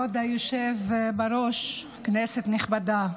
כבוד היושב בראש, כנסת נכבדה,